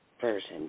version